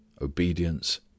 obedience